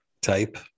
type